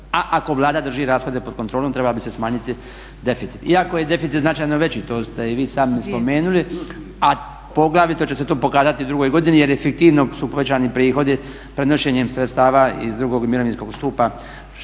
ako Vlada drži rashode pod kontrolom trebao bi se smanjiti deficit. Iako je deficit značajno veći to ste i vi sami spomenuli a poglavito će se to pokazati u drugoj godini jer su fiktivno povećani prihodi prenošenjem sredstava iz drugom mirovinskog stupa u